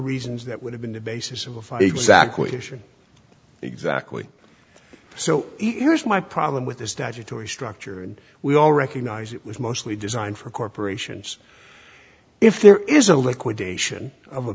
reasons that would have been the basis of a fake sac wishing exactly so either is my problem with the statutory structure and we all recognize it was mostly designed for corporations if there is a liquidation of a